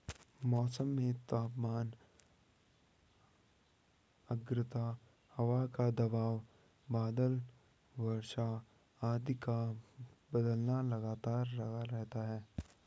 मौसम में तापमान आद्रता हवा का दबाव बादल वर्षा आदि का बदलना लगातार लगा रहता है